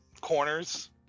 corners